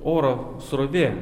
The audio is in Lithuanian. oro srovė